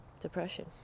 depression